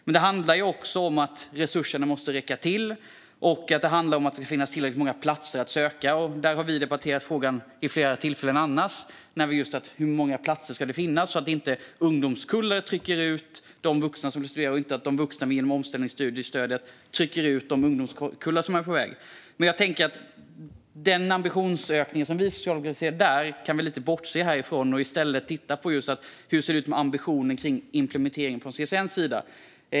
Det handlar också om att resurserna måste räcka till och om hur många platser det ska finnas att söka. Vi har vid flera tillfällen debatterat frågan att det måste finnas tillräckligt många platser, så att inte ungdomskullar trycker ut de vuxna som vill studera och så att inte vuxna genom omställningsstudiestödet trycker ut de ungdomskullar som är på väg. Men jag ska bortse lite från den ambitionsökning som vi socialdemokrater vill se där och i stället titta på hur det ser ut med ambitionen för implementering från CSN:s sida.